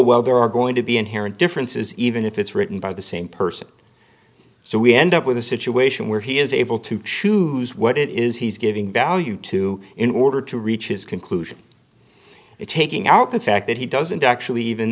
well there are going to be inherent differences even if it's written by the same person so we end up with a situation where he is able to choose what it is he's giving value to in order to reach his conclusion it taking out the fact that he doesn't actually even